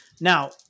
Now